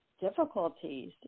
difficulties